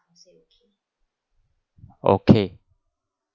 okay